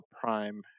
prime